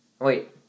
Wait